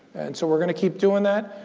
and so, we're going to keep doing that.